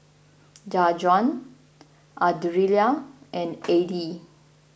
Jajuan Ardelia and Eddy